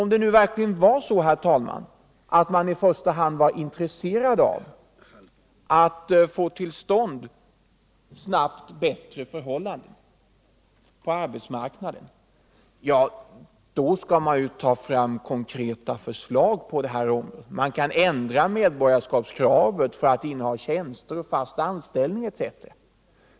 Om det verkligen var så, herr talman, att man i första hand var intresserad av att snabbt få till stånd bättre förhållanden på arbetsmarknaden, då skulle man föra fram konkreta förslag på det området. Man kan ändra medborgarskapskravet för att inneha tjänst, fast anställning etc.